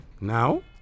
Now